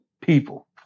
people